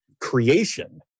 creation